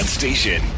station